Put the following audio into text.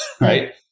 right